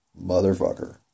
motherfucker